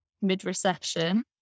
mid-recession